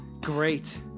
Great